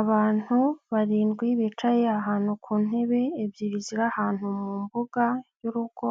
Abantu barindwi bicaye ahantu ku ntebe ebyiri ziri ahantu mu mbuga y'urugo,